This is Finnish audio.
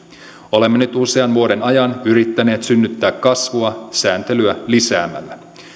olemme nyt usean vuoden ajan yrittäneet synnyttäneet kasvua sääntelyä lisäämällä